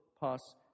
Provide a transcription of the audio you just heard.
pass